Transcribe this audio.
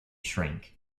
shrank